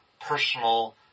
personal